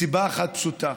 מסיבה אחת פשוטה: